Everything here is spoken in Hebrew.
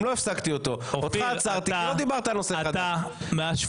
אה, אתה יודע מה?